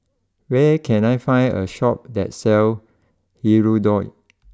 where can I find a Shop that sells Hirudoid